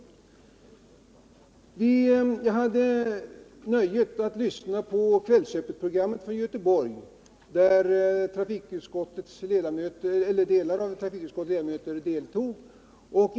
Jag hade nöjet att lyssna på det Kvällsöppetprogram från Göteborg där vissa av trafikutskottets ledamöter deltog.